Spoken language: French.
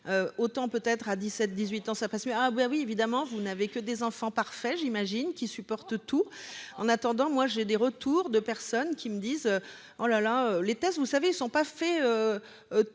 autant peut être à dix-sept dix-huit ans ça passe mieux, ah oui, oui, évidemment, vous n'avez que des enfants parfaits, j'imagine qu'il supporte tout en attendant moi j'ai des retours de personnes qui me disent : oh la la les tests vous savez sont pas fait